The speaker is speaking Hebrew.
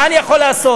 מה אני יכול לעשות.